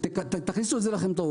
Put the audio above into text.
תכניסו את זה לראש.